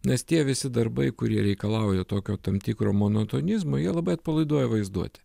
nes tie visi darbai kurie reikalauja tokio tam tikro monotonizmo jie labai atpalaiduoja vaizduotę